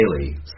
daily